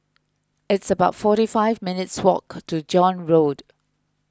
it's about forty five minutes' walk to John Road